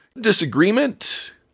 disagreement